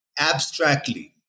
Abstractly